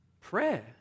prayer